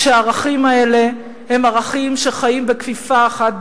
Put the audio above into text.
כשהערכים האלה הם ערכים שחיים בכפיפה אחת,